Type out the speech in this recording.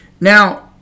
Now